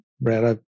Brad